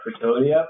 fertility